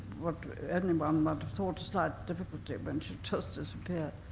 what anyone might have thought a slight difficulty, when she just disappeared.